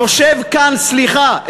יושב כאן סליחה,